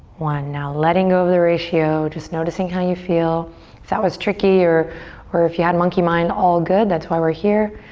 one. now letting go of the ratio, just noticing how you feel. if that was tricky or if you had monkey mind, all good. that's why we're here